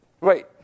Wait